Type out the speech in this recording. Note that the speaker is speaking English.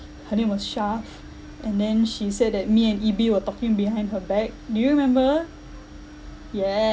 her name was shaf and then she said that me and yi bei were talking behind her back do you remember